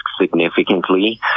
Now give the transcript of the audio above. significantly